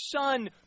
son